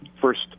first